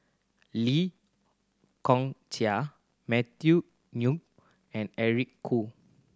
Lee Kong Chian Matthew Ngui and Eric Khoo